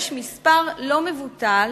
יש מספר לא מבוטל